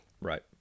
Right